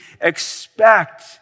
expect